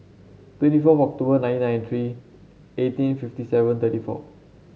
twenty four October nineteen ninety three eighteen fifty seven thirty four